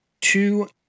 two